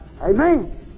Amen